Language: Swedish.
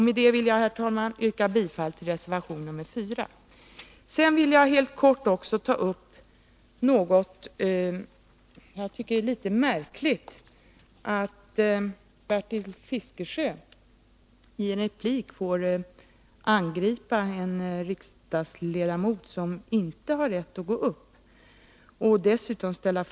Med detta vill jag, herr talman, yrka bifall till reservation nr 4. Sedan skall jag helt kort ta upp det litet märkliga att Bertil Fiskesjö i en replik får angripa och dessutom ställa frågor till en riksdagsledamot som inte har rätt att gå upp i replik.